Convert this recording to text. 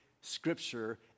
Scripture